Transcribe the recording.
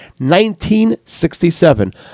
1967